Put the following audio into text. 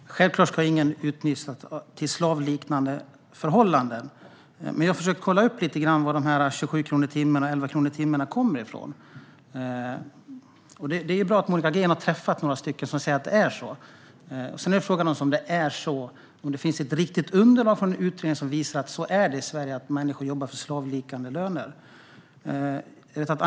Fru talman! Självklart ska ingen utnyttjas i slavliknande förhållanden. Jag har försökt att kontrollera var påståendena om 27 kronor i timmen och 11 kronor i timmen kommer från. Det är bra att Monica Green har träffat några som säger att det är så, och sedan är frågan om det finns ett riktigt underlag från en utredning som visar att människor jobbar för slavliknande löner i Sverige.